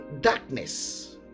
darkness